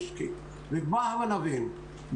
ילכו וייקחו הלוואות מהקרן בשביל לשלם,